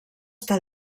està